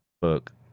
book